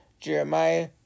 Jeremiah